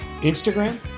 Instagram